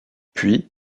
puis